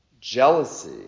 Jealousy